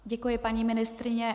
Děkuji, paní ministryně.